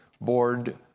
Board